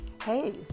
Hey